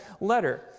letter